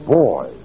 boy